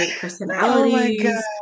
personalities